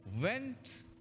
went